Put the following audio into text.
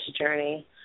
journey